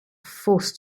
forced